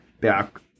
back